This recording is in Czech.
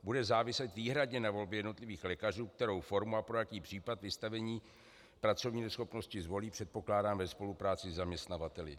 Bude záviset výhradně na volbě jednotlivých lékařů, kterou formu a pro jaký případ vystavení pracovní neschopnosti zvolí, předpokládám ve spolupráci se zaměstnavateli.